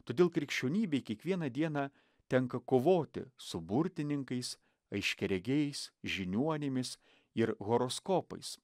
todėl krikščionybei kiekvieną dieną tenka kovoti su burtininkais aiškiaregiais žiniuonėmis ir horoskopais